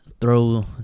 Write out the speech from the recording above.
throw